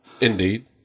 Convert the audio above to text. Indeed